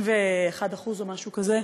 61% או משהו כזה,